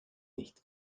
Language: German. nicht